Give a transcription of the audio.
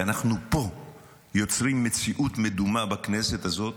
ואנחנו פה יוצרים מציאות מדומה בכנסת הזאת